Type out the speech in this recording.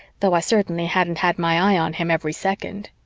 though i certainly hadn't had my eye on him every second.